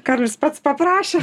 karolis pats paprašė